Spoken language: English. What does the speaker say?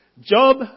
Job